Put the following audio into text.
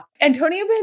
Antonio